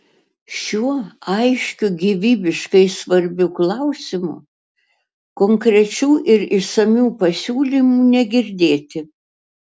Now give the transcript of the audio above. šiuo aiškiu gyvybiškai svarbiu klausimu konkrečių ir išsamių pasiūlymų negirdėti